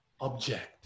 object